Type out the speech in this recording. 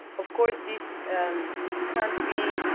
of course, this can't be